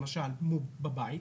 למשל בבית.